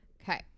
Okay